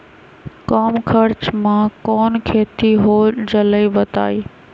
कम खर्च म कौन खेती हो जलई बताई?